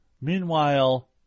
Meanwhile